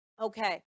Okay